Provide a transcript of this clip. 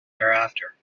thereafter